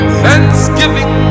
thanksgiving